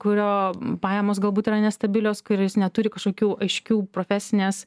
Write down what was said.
kurio pajamos galbūt yra nestabilios kuris neturi kažkokių aiškių profesinės